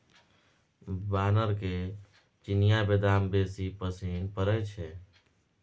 बानरके चिनियाबदाम बेसी पसिन पड़य छै